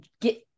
get